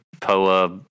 POA